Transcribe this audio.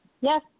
Yes